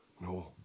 No